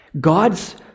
God's